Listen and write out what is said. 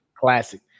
classic